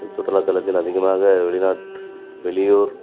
இந்த சுற்றுலாத்தலத்தில் அதிகமாக வெளிநாட்டு வெளியூர்